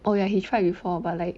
oh ya he tried before but like